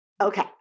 Okay